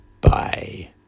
Bye